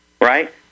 right